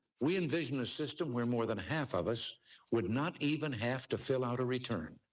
we envision a system where more than half of us would not even have to fill out a return.